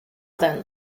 then